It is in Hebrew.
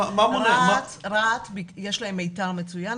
ברהט יש מיתר מצוין.